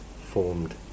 formed